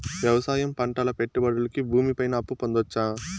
వ్యవసాయం పంటల పెట్టుబడులు కి భూమి పైన అప్పు పొందొచ్చా?